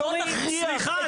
סליחה,